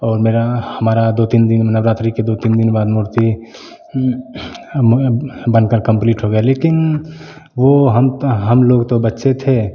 और मेरा हमारा दो तीन दिन नवरात्रि के दो तीन दिन बाद मूर्ति बनकर कंप्लीट हो गया लेकिन वो हम हम लोग तो बच्चे थे